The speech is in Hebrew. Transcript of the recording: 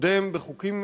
בחוקים